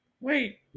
Wait